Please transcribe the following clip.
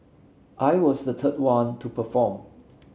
I was the third one to perform